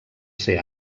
ser